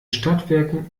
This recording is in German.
stadtwerken